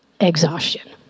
exhaustion